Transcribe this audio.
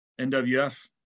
NWF